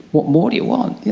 what more do you want, you